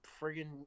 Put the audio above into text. friggin